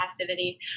passivity